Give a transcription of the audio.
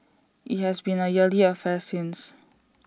IT has been A yearly affair since